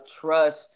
trust